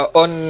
on